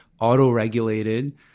auto-regulated